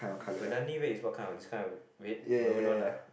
Banani red is what kind of this kind of red maroon one ah